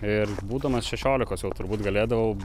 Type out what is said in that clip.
ir būdamas šešiolikos jau turbūt galėdavau